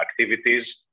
activities